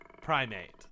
primate